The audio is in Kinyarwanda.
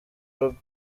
urugo